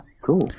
cool